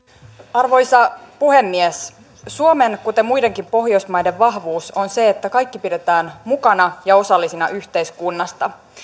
arvoisa puhemies suomen kuten muidenkin pohjoismaiden vahvuus on se että kaikki pidetään mukana ja osallisina yhteiskunnasta